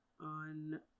on